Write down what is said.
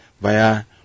via